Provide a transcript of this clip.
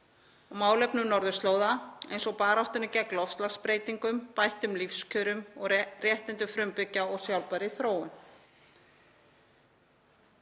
málefnum norðurslóða eins og baráttunni gegn loftslagsbreytingum, bættum lífskjörum og réttindum frumbyggja og sjálfbærri þróun.